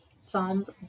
psalms